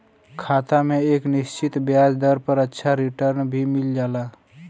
खाता में एक निश्चित ब्याज दर पर अच्छा रिटर्न भी मिल जाला